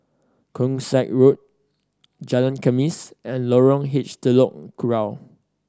Keong Saik Road Jalan Khamis and Lorong H Telok Kurau